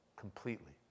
completely